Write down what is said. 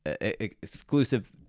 exclusive